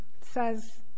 says